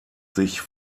sich